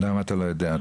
למה אתה לא יודע?